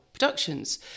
Productions